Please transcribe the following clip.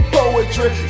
poetry